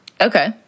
Okay